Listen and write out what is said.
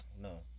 No